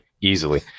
easily